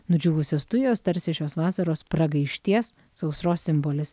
nudžiūvusios tujos tarsi šios vasaros pragaišties sausros simbolis